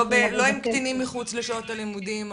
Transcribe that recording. לא עם קטינים מחוץ לשעות הלימודים?